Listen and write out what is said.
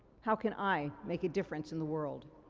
how can i make a difference in the world?